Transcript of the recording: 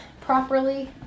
properly